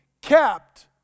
kept